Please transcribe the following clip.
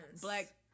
black